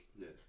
Yes